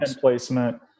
placement